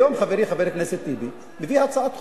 היום חברי חבר הכנסת טיבי הביא הצעת חוק,